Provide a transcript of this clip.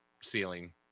ceiling